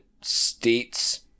states